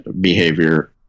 behavior